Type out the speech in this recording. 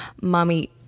mommy